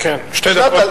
ישנה,